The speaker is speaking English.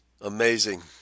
Amazing